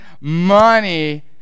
money